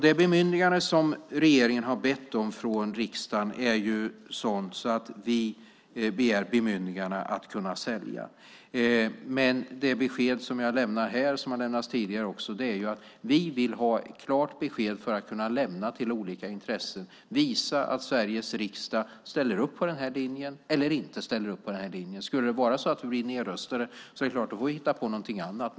Det bemyndigande som regeringen har bett om från riksdagen gäller en försäljning. Det besked som jag lämnar här - och som har lämnats tidigare - är att vi vill ha klart besked så att vi kan visa olika intressen att Sveriges riksdag ställer upp på denna linje, eller inte ställer upp på den linjen. Om vi blir nedröstade får vi hitta på något annat.